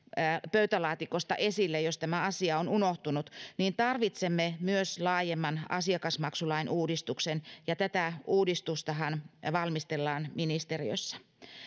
pöytälaatikosta esille jos tämä asia on unohtunut niin tarvitsemme myös laajemman asiakasmaksulain uudistuksen ja tätä uudistustahan valmistellaan ministeriössä